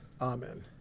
Amen